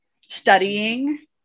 studying